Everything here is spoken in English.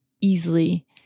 easily